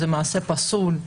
זה מעשה פסול,